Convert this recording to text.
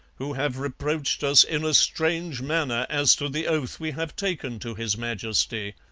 who have reproached us in a strange manner as to the oath we have taken to his majesty.